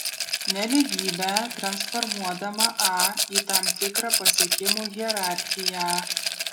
nelygybę transformuodama a į tam tikrą pasiekimų hierarchiją